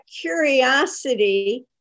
curiosity